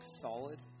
solid